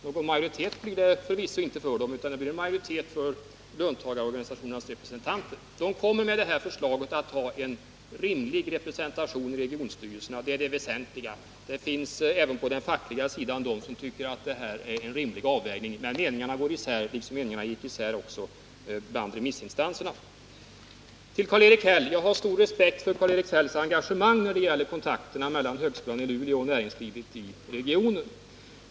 Någon majoritet blir det förvisso inte för dem, utan det blir en majoritet för löntagarorganisationernas representanter. Men de får med det här förslaget en rimlig representation i regionstyrelserna, och det är det väsentliga. Det finns även på den fackliga sidan de som tycker att förslaget innebär en rimlig avvägning, men meningarna går på vissa håll isär liksom de gjorde också bland remissinstanserna. Till Karl-Erik Häll: Jag har stor respekt för Karl-Erik Hälls engagemang när det gäller kontakterna mellan högskolan i Luleå och näringslivet i regionen.